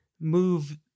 move